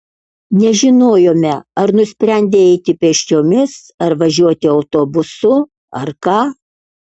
nežinojome ar nusprendei eiti pėsčiomis ar važiuoti autobusu ar ką